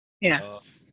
Yes